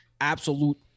absolute